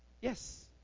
Yes